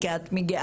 כי את מגיעה